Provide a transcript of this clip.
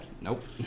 Nope